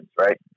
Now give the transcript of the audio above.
right